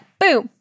boom